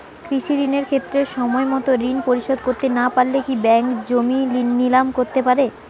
কৃষিঋণের ক্ষেত্রে সময়মত ঋণ পরিশোধ করতে না পারলে কি ব্যাঙ্ক জমি নিলাম করতে পারে?